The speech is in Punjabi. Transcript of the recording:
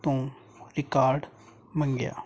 ਤੋਂ ਰਿਕਾਰਡ ਮੰਗਿਆ